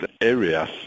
areas